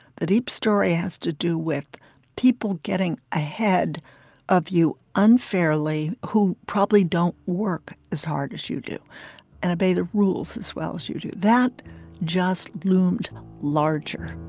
the deep story has to do with people getting ahead of you unfairly who probably don't work as hard as you do and obey the rules as well as you do. that just loomed larger